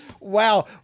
Wow